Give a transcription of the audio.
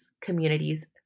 communities